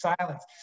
silence